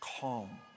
Calm